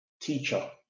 teacher